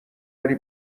ولی